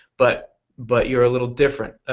but but your a little different.